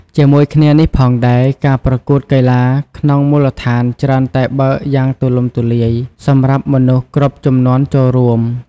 ជាមួយគ្នានេះផងដែរ ការប្រកួតកីឡាក្នុងមូលដ្ឋានច្រើនតែបើកយ៉ាងទូលំទូលាយសម្រាប់មនុស្សគ្រប់ជំនាន់ចូលរួម។